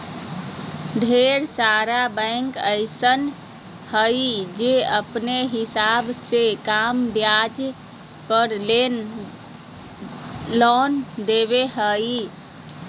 ढेर सारा बैंक अइसन हय जे अपने हिसाब से कम ब्याज दर पर लोन देबो हय